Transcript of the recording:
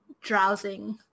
drowsing